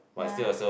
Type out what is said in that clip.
ya